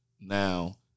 now